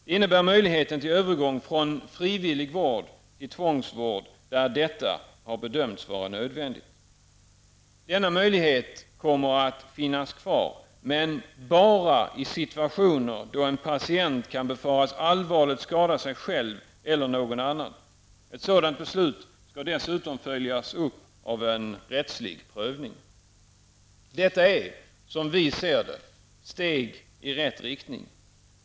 Det innebär möjlighet till övergång från frivillig vård till tvångsvård där detta har bedömts vara nödvändigt. Denna möjlighet kommer att finnas kvar, men bara i situationer då en patient kan befaras allvarligt skada sig själv eller någon annan. Ett sådant beslut skall dessutom följas av en rättslig prövning. Detta är, som vi ser det, steg i rätt riktning.